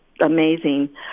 amazing